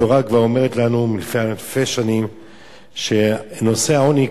התורה כבר אומרת אלפי שנים שנושא העוני,